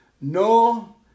No